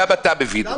גם אתה מבין את זה.